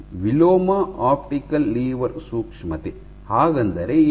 ವಿಲೋಮ optical lever ಸೂಕ್ಷ್ಮತೆ ಹಾಗಂದರೆ ಏನು